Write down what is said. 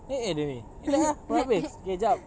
ya allah eh wait eh belum habis eh jap